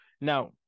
Now